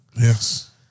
Yes